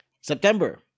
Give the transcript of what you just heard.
September